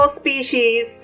species